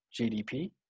GDP